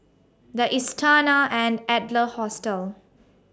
The Istana and Adler Hostel